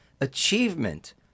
achievement